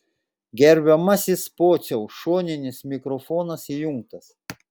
gerbiamasis pociau šoninis mikrofonas įjungtas